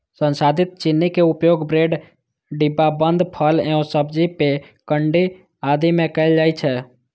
संसाधित चीनी के उपयोग ब्रेड, डिब्बाबंद फल एवं सब्जी, पेय, केंडी आदि मे कैल जाइ छै